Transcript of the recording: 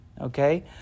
okay